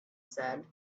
said